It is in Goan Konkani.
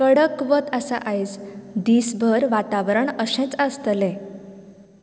कडक वत आसा आयज दीस भर वातावरण अशेंच आसतलें